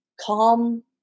calm